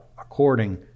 according